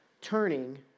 turning